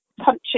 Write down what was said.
punching